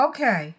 Okay